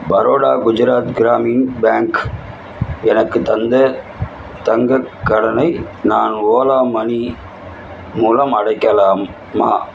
Baroda Gujarat Gramin bank எனக்குத் தந்த தங்கக் கடனை நான் ஓலா மணி மூலம் அடைக்கலா மா